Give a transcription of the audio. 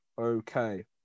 Okay